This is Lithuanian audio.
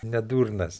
ne durnas